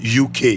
uk